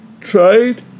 trade